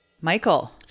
Michael